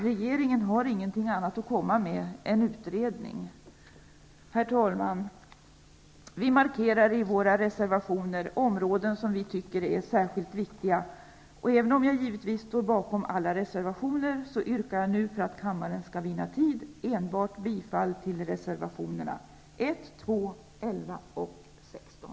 Regeringen har ingenting annat att komma med än utredningar. Herr talman! Vi markerar i våra reservationer områden som vi tycker är särskilt viktiga. Även om jag givetvis står bakom alla våra reservationer yrkar jag nu, för att kammaren skall vinna tid, enbart bifall till reservationerna 1, 2, 11 och 16.